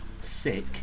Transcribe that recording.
sick